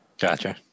Gotcha